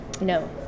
No